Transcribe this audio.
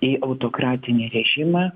į autokratinį režimą